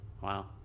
Wow